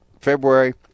February